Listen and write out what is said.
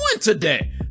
today